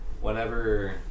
Whenever